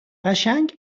قشنگ